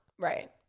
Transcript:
Right